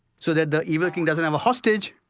so the evil king doesn't have a hostage,